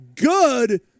Good